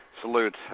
salute